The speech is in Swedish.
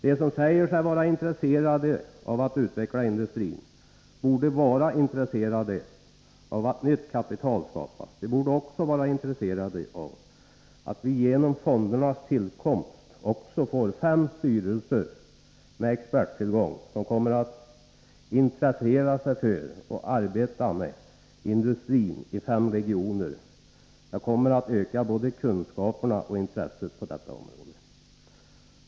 De som säger sig vara intresserade av att utveckla industrin borde vara intresserade av att nytt kapital skapas, de borde också vara intresserade av att vi genom fondernas tillkomst också får fem styrelser med experttillgång, som kommer att intressera sig för och arbeta med industrin i fem regioner. Det kommer att öka både kunskapen och intresset på detta område.